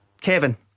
Kevin